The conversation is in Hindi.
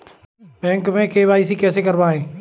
बैंक में के.वाई.सी कैसे करायें?